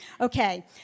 Okay